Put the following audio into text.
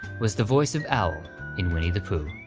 was the voice of owl in winnie the pooh.